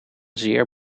zeer